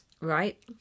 Right